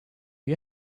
you